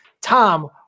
Tom